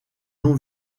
non